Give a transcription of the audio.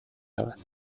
رود